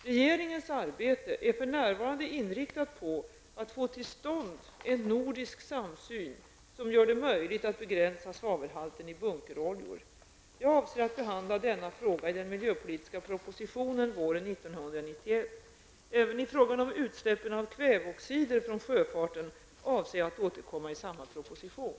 Regeringens arbete är för närvarande inriktat på att få till stånd en nordisk samsyn som gör det möjligt att begränsa svavelhalten i bunkeroljor. Jag avser att behandla denna fråga i den miljöpolitiska propositionen våren 1991. Även i frågan om utsläppen av kväveoxider från sjöfarten avser jag att återkomma i samma proposition.